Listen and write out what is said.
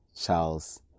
Charles